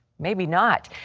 maybe not.